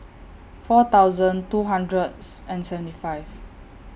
four thousand two hundred and seventy five